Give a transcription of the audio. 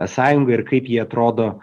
sąjungą ir kaip ji atrodo